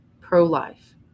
pro-life